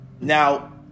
Now